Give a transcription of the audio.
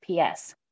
PS